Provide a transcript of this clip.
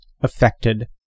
affected